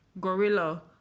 Gorilla